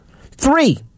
Three